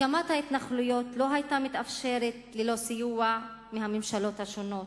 הקמת ההתנחלויות לא היתה מתאפשרת ללא סיוע מהממשלות השונות,